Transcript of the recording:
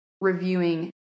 reviewing